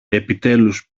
επιτέλους